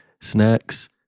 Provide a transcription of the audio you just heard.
snacks